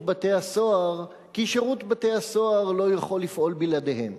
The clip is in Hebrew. בתי-הסוהר כי שירות בתי-הסוהר לא יכול לפעול בלעדיהם,